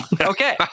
Okay